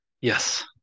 Yes